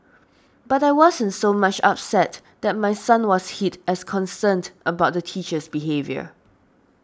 but I wasn't so much upset that my son was hit as concerned about the teacher's behaviour